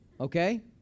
okay